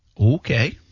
Okay